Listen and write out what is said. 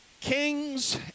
kings